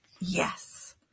Yes